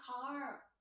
car